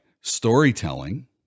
storytelling